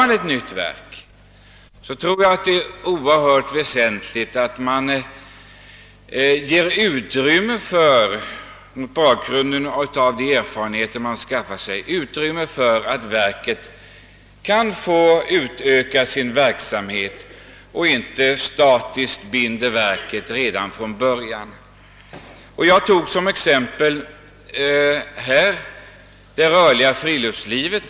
När ett nytt verk skapas tror jag att det är oerhört väsentligt att ge utrymme för en tillväxt med ledning av de erfarenheter som så småningom kommer att göras, så att verket i mån av behov kan utöka sin verksamhet och inte från början binds till en statisk ram. Jag tog som exempel på denna punkt det rörliga friluftslivet.